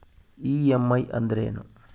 EMI ಅಂದ್ರೇನು?